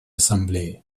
ассамблеи